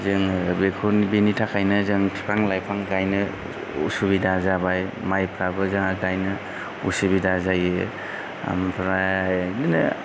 जोङो बेखौ बिनि थाखायनो जों बिफां लायफां गायनो उसुबिदा जाबाय माइफ्राबो जोंहा गायनो उसुबिदा जायो ओमफ्राय इदिनो